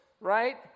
right